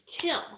Kim